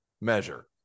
measure